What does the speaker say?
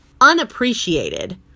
unappreciated